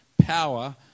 power